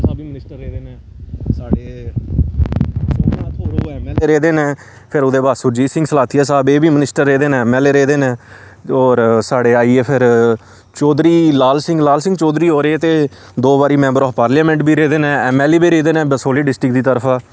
कुंडल साह्ब बी मिनिस्टर रेह्दे न साढ़े सोमनाथ होर ओह् एम एल ए रेह्दे न फिर ओह्दे बाद सुरजीत सिह सलाथिया साह्ब एह् बी मिनिस्टर रेह्दे न एम एल ए रेह्दे न होर साढ़े आई गे फिर चौधरी लाल सिंह् लाल सिंह चौधरी होर एह् ते दो बारी मैम्बर ऑफ पार्लमेंट बी रेह्दे न एम एल ए बी रेह्दे न बसोहली डिस्ट्रिक दी तरफा